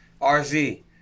RZ